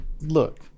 look